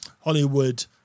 Hollywood